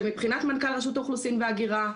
שמבחינת מנכ"ל רשות האוכלוסין וההגירה,